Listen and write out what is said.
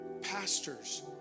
Pastors